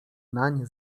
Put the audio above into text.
nań